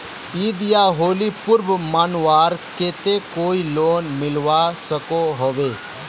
ईद या होली पर्व मनवार केते कोई लोन मिलवा सकोहो होबे?